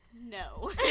no